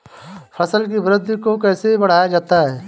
फसल की वृद्धि को कैसे बढ़ाया जाता हैं?